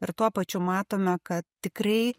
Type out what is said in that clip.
ir tuo pačiu matome kad tikrai